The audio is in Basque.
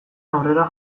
aurrera